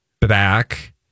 back